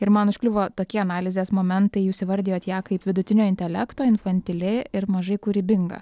ir man užkliuvo tokie analizės momentai jūs įvardijot ją kaip vidutinio intelekto infantili ir mažai kūrybinga